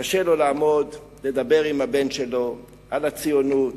קשה לו לעמוד, לדבר עם הבן שלו על הציונות,